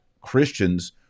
Christians